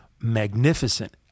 magnificent